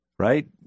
right